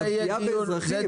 של הפגיעה באזרחים.